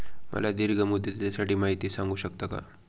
मला दीर्घ मुदतीसाठी माहिती सांगू शकता का?